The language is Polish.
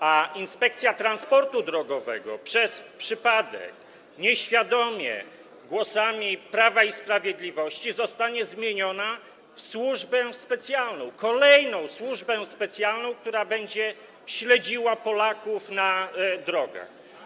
A Inspekcja Transportu Drogowego przez przypadek, nieświadomie, głosami Prawa i Sprawiedliwości zostanie zmieniona w służbę specjalną, kolejną służbę specjalną, która będzie śledziła Polaków na drogach.